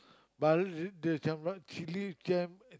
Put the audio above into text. but the the sambal chilli jam